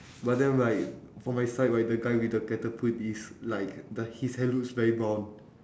but then right for my side right the guy with the catapult is like the his hair looks very brown